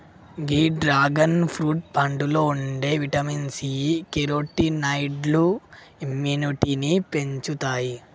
గీ dragon fruit పండులో ఉండే vitamin C, కెరోటినాయిడ్లు ఇమ్యునిటీని పెంచుతాయి